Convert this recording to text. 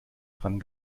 dran